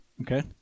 okay